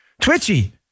Twitchy